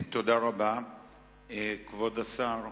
כבוד השר,